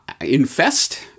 infest